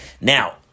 Now